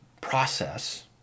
process